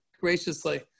graciously